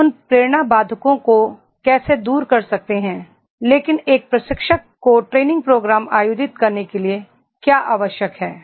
हम उन प्रेरणा बाधाओं को कैसे दूर कर सकते हैं लेकिन एक प्रशिक्षक को ट्रेनिग प्रोग्राम आयोजित करने के लिए क्या आवश्यक है